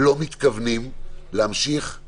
הגישה של הממשלה משקפת חוסר הבנה של המציאות